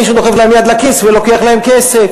מישהו דוחף להם יד לכיס ולוקח להם כסף.